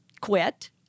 quit